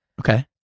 Okay